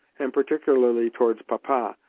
and particularly towards papa,